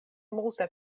multe